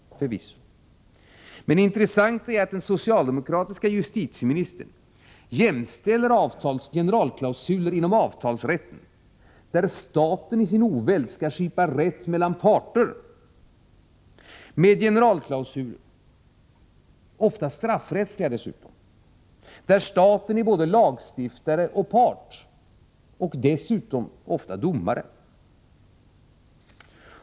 Men det intressanta är att den socialdemokratiska justitieministern jämställer generalklausuler inom avtalsrätten, där staten i sin oväld skall skipa rätt mellan parter genom generalklausuler — oftast straffrättsliga dessutom -— varvid staten är både lagstiftare och part samt vidare ofta domare.